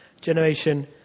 generation